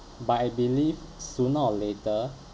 but I believe sooner or later